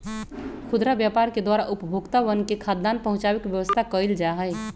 खुदरा व्यापार के द्वारा उपभोक्तावन तक खाद्यान्न पहुंचावे के व्यवस्था कइल जाहई